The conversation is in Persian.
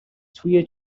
توی